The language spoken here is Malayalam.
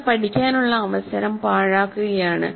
നിങ്ങൾ പഠിക്കാനുള്ള അവസരം പാഴാക്കുകയാണ്